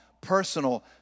personal